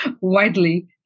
widely